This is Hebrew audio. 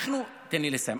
אז למה אתה, תן לי לסיים.